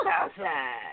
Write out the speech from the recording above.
outside